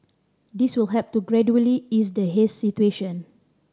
this will help to gradually ease the haze situation